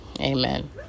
Amen